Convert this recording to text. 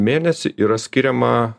mėnesį yra skiriama